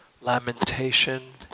lamentation